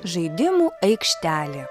žaidimų aikštelė